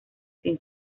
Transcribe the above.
sin